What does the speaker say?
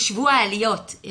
העליות.